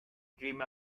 dream